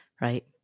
right